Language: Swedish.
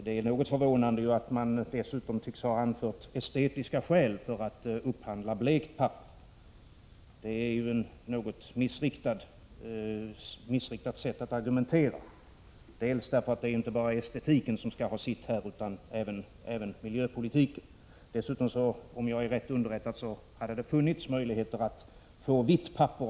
Det är något förvånande att man dessutom tycks ha anfört estetiska skäl för att upphandla blekt papper. Det är ett något missriktat sätt att argumentera, därför att det inte bara är estetiken som har betydelse utan även miljöpolitiken. Om jag är rätt underrättad hade det dessutom funnits möjligheter att få vitt papper.